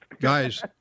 Guys